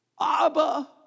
Abba